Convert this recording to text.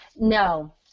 No